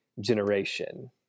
generation